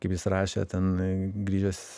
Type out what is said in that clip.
kaip jis rašė ten grįžęs